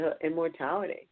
immortality